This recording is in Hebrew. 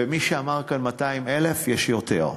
ומי שאמר כאן 200,000, יש יותר.